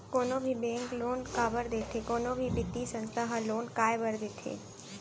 कोनो भी bank loan काबर देथे कोनो भी बित्तीय संस्था ह लोन काय बर देथे?